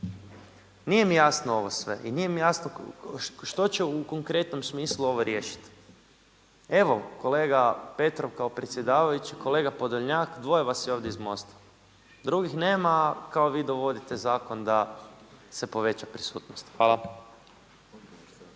Nije mi jasno ovo sve i nije mi jasno što će u konkretnom smislu ovo riješiti. Evo kolega Petrov kao predsjedavajući, kolega Podolnjak dvoje vas je ovdje iz MOST-a. Drugih nema, a kao vi dovodite zakon da se poveća prisutnost. Hvala.